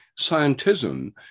scientism